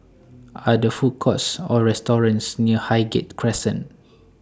Are There Food Courts Or restaurants near Highgate Crescent